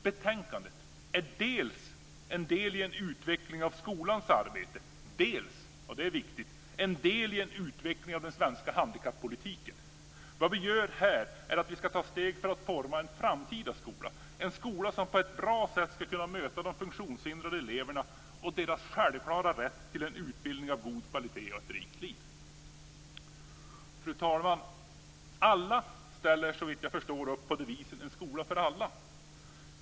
Betänkandet är dels en del i en utveckling av skolans arbete, dels - och det är viktigt - en del i en utveckling av den svenska handikappolitiken. Vad vi ska göra här är att vi ska ta steg för att forma en framtida skola, en skola som på ett bra sätt ska kunna möta de funktionshindrade eleverna och deras självklara rätt till en utbildning av god kvalitet och ett rikt liv. Fru talman! Alla ställer, såvitt jag förstår, upp på devisen "En skola för alla".